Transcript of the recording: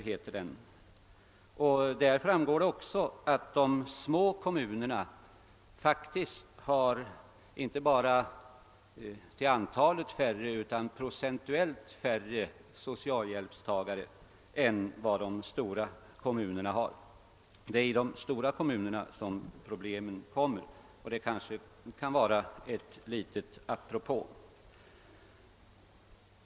Av den framgår att de små kommunerna faktiskt har inte bara till antalet färre utan även procentuellt färre socialhjälpstagare än de stora kommunerna. Det är i de stora kommunerna som problemen uppkommer, och det kan måhända vara ett litet apropå.